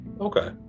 Okay